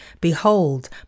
behold